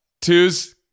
twos